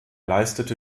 leistete